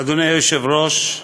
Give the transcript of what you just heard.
אדוני היושב-ראש,